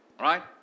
Right